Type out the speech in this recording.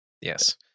Yes